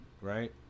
right